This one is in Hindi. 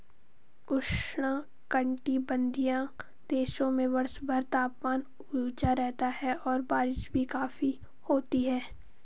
उष्णकटिबंधीय देशों में वर्षभर तापमान ऊंचा रहता है और बारिश भी काफी होती है